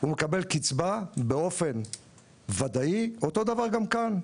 קצבה באופן ודאי, אותו דבר גם כאן.